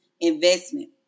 investment